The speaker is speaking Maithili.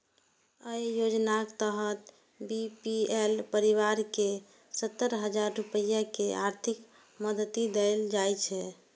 अय योजनाक तहत बी.पी.एल परिवार कें सत्तर हजार रुपैया के आर्थिक मदति देल जाइ छै